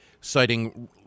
citing